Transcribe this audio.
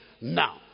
Now